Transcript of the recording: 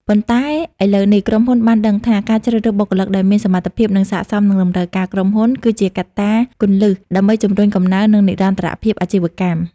ប៉ុន្តែឥឡូវនេះ ក្រុមហ៊ុនបានដឹងថា ការជ្រើសរើសបុគ្គលិកដែលមានសមត្ថភាព និងស័ក្តិសមនឹងតម្រូវការក្រុមហ៊ុន គឺជាកត្តាគន្លឹះដើម្បីជំរុញកំណើន និងនិរន្តរភាពអាជីវកម្ម។